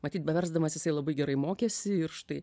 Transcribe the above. matyt beversdamas jisai labai gerai mokėsi ir štai